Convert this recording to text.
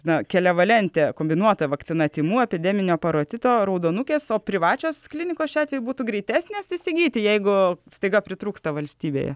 na kelevalente kombinuota vakcina tymų epideminio parotito raudonukės o privačios klinikos šiuo atveju būtų greitesnės įsigyti jeigu staiga pritrūksta valstybėje